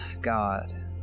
god